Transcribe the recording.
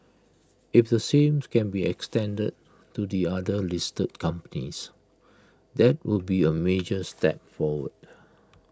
if the same's can be extended to the other listed companies that would be A major step forward